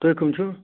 تُہۍ کٕم چھِو